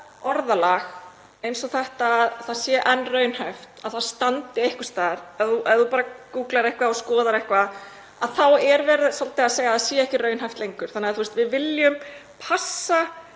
Orðalag eins og þetta, að það sé enn raunhæft, að það standi einhvers staðar, ef þú bara gúglar eitthvað og skoðar eitthvað, að þá sé svolítið verið að segja að það sé ekki raunhæft lengur — við viljum passa